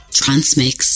transmix